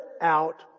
out